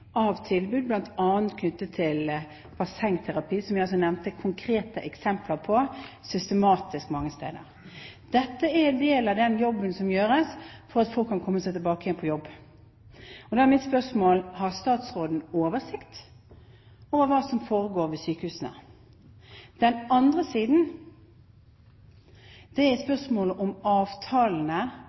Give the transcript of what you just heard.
del av den jobben som gjøres for at folk kan komme seg tilbake igjen på jobb. Og da er mitt spørsmål: Har statsråden oversikt over hva som foregår ved sykehusene? Den andre siden av dette er spørsmålet om avtalene